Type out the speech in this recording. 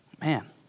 Man